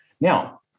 Now